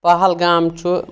پہلگام چھُ